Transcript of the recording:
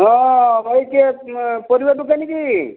ହଁ ଭାଇ କିଏ ପରିବା ଦୋକାନୀ କି